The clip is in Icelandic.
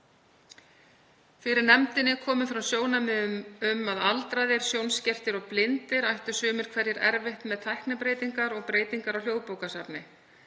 Fyrir nefndinni komu fram sjónarmið um að aldraðir, sjónskertir og blindir ættu sumir hverjir erfitt með tæknibreytingar og breytingar á Hljóðbókasafni.